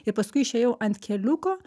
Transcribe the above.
ir paskui išėjau ant keliuko